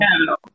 No